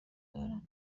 دارد